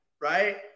right